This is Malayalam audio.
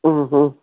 മ് മ്